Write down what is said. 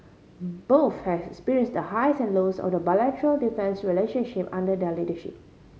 both have experienced the highs and lows of the bilateral defence relationship under their leadership